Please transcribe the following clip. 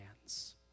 hands